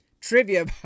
trivia